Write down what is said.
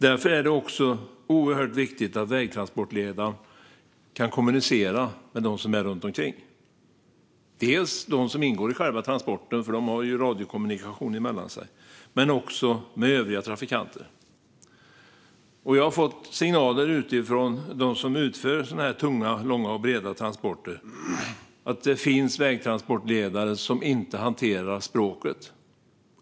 Därför är det oerhört viktigt att vägtransportledaren kan kommunicera med dem som finns runt omkring, det vill säga dels dem som ingår i själva transporten eftersom de ju har radiokommunikation, dels övriga trafikanter. Jag har fått signaler från dem som utför tunga, långa och breda transporter att det finns vägtransportledare som inte hanterar språket.